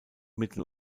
mittel